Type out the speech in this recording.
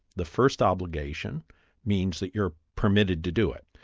the first obligation means that you're permitted to do it.